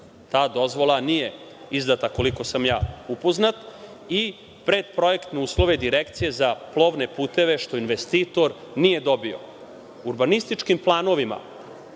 Ta dozvola nije izdata koliko sam ja upoznat i predprojektne uslove Direkcija za plovne puteve, što investitor nije dobio. Urbanističkim planovima